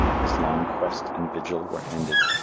his long quest and vigil were ended,